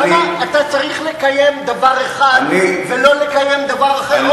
למה אתה צריך לקיים דבר אחד ולא לקיים דבר אחר?